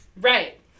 Right